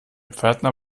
pförtner